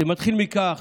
זה מתחיל מכך